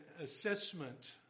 assessment